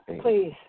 please